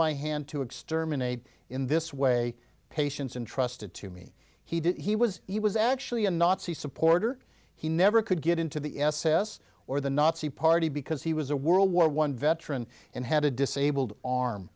my hand to exterminate in this way patients intrusted to me he did he was he was actually a nazi supporter he never could get into the s s or the nazi party because he was a world war one veteran and had a disabled arm